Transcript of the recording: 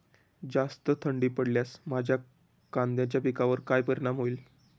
जास्त थंडी पडल्यास माझ्या कांद्याच्या पिकावर काय परिणाम होईल?